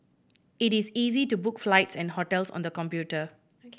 it is easy to book flights and hotels on the computer